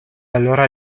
allora